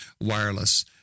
wireless